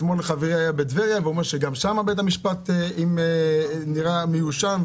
אתמול חברי היה בטבריה ואומר שגם שם בית המשפט נראה מיושן,